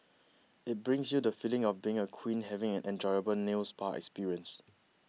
it brings you the feeling of being a queen having an enjoyable nail spa experience